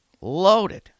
loaded